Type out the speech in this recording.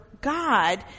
God